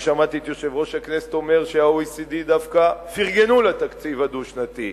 אני שמעתי את יושב-ראש הכנסת אומר שה-OECD דווקא פרגנו לתקציב הדו-שנתי,